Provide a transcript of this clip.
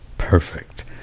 perfect